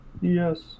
Yes